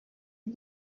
iki